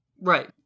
Right